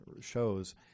shows